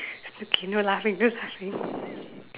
okay no laughing no laughing